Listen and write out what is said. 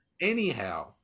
anyhow